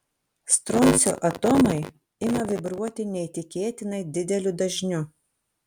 stroncio atomai ima vibruoti neįtikėtinai dideliu dažniu